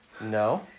No